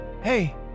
Hey